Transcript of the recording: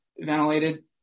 ventilated